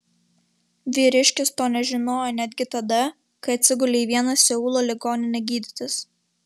vyriškis to nežinojo netgi tada kai atsigulė į vieną seulo ligoninę gydytis